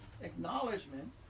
acknowledgement